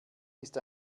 ist